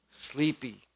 sleepy